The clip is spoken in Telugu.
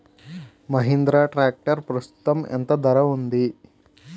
మహీంద్రా ట్రాక్టర్ ప్రస్తుతం ఎంత ధర ఉంది?